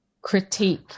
critique